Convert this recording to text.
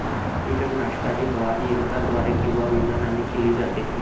कीटकनाशकाची फवारणी यंत्राद्वारे किंवा विमानाने केली जाते